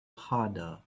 harder